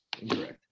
incorrect